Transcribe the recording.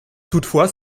toutefois